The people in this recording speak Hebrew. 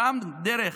גם דרך